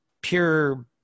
pure